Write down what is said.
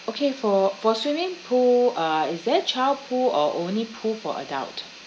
okay for for swimming pool uh is there child pool or only pool for adult